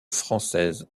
française